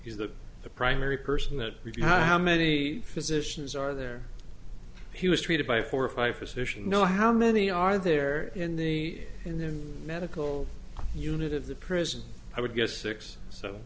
he's the the primary person that review how many physicians are there he was treated by four or five physicians know how many are there in the in the medical unit of the prison i would guess six so